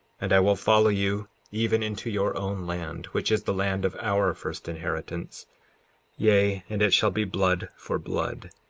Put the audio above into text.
and i will follow you even into your own land, which is the land of our first inheritance yea, and it shall be blood for blood,